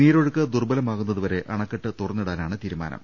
നീരൊഴുക്ക് ദുർബ്ബലമാകു ന്നതുവരെ അണക്കെട്ട് തുറന്നിടാനാണ് തീരുമാനം